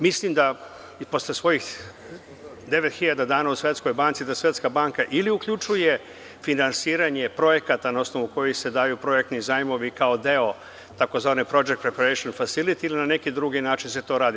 Mislim da, i posle svojih devet hiljada dana u Svetskoj banci, da Svetska banka ili uključuje finansiranje projekata na osnovu kojih se daju projektni zajmovi kao deo tzv.“Project Preparation Facilities“ ili na neki drugi način se to radi.